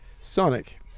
Sonic